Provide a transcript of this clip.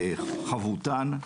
חבותן,